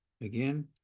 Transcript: again